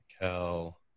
Cal